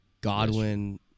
Godwin